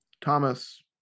Thomas